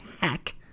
hack